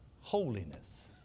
holiness